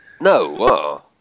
No